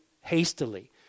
hastily